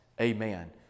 Amen